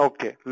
Okay